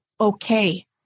okay